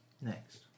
next